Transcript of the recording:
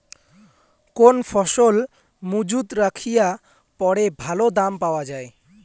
কোন ফসল মুজুত রাখিয়া পরে ভালো দাম পাওয়া যায়?